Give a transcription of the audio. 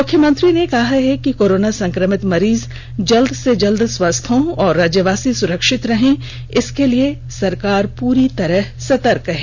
मुख्यमंत्री ने कहा कि कोरोना संक्रमित मरीज जल्द से जल्द स्वस्थ हों और राज्यवासी सुरक्षित रहें इसर्क लिए सरकार पूरी तरह सतर्क है